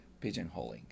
pigeonholing